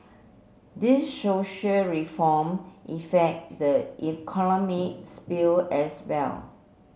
these social reform effect the economic sphere as well